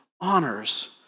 honors